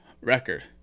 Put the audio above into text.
record